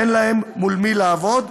אין להם מול מי לעבוד.